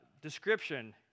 description